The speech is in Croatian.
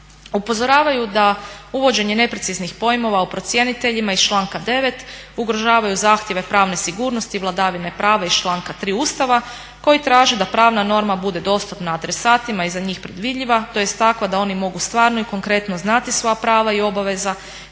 Upozoravaju da uvođenje nepreciznih pojmova o procjeniteljima iz članka 9. ugrožavaju zahtjeve pravne sigurnosti i vladavine prava iz članka 3. Ustava koji traži da pravna norma bude dostupna adresatima i za njih predvidljiva tj. takva da oni mogu stvarno i konkretno znati svoja prava i obaveze